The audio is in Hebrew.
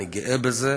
אני גאה בזה,